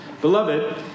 Beloved